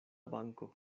banko